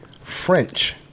French